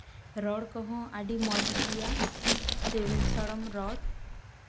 ᱨᱚᱲ ᱠᱚᱦᱚᱸ ᱟᱹᱰᱤ ᱢᱚᱡᱽ ᱜᱮᱭᱟ ᱥᱤᱵᱤᱞ ᱥᱚᱲᱚᱢ ᱨᱚᱲ